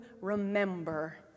remember